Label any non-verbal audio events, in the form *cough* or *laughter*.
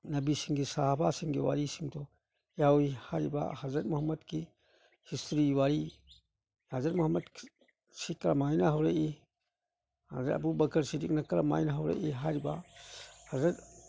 ꯅꯥꯕꯤꯁꯤꯡꯒꯤ ꯁꯍꯥꯕꯁꯤꯡꯒꯤ ꯋꯥꯔꯤꯁꯤꯡꯗꯣ ꯌꯥꯎꯏ ꯍꯥꯏꯔꯤꯕ ꯍꯥꯖꯠ ꯃꯨꯍꯝꯃꯠꯀꯤ ꯍꯤꯁꯇ꯭ꯔꯤ ꯋꯥꯔꯤ ꯑꯍꯥꯖꯠ ꯃꯨꯍꯝꯃꯗꯁꯤ ꯀꯔꯝ ꯍꯥꯏꯅ ꯍꯧꯔꯛꯏ ꯑꯗꯒꯤ ꯑꯕꯨꯕꯀꯔꯁꯤꯗꯤꯞꯅ ꯀꯔꯝ ꯍꯥꯏꯅ ꯍꯧꯔꯛꯏ ꯍꯥꯏꯔꯤꯕ *unintelligible*